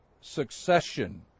succession